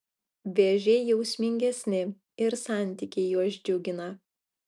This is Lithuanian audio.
vėžiai jausmingesni ir santykiai juos džiugina